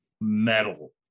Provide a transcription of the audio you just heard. metal